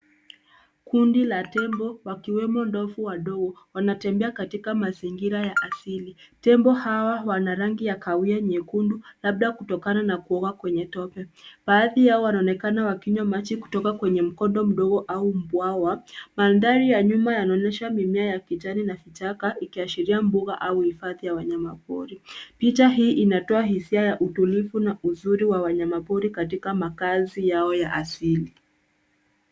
Kundi la tembo, wakiwemo ndovu wadogo, wanatembea katika mazingira ya asili. Tembo hawa wana rangi ya kahawia nyekundu, labda kutokana na kuoga kwenye tope. Baadhi yao wanaonekana wakinywa maji kutoka kwenye mkondo mdogo au bwawa. Mandhari ya nyuma yanaonyesha mimea ya kijani na vichaka, ikiashiria mbuga au hifadhi ya wanyamapori. Picha hii inatoa hisia ya utulivu na uzuri wa wanyamapori katika makazi yao ya asili.